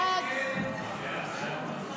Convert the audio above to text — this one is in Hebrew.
54 נגד.